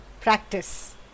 practice